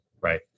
right